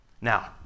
Now